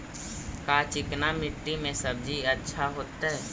का चिकना मट्टी में सब्जी अच्छा होतै?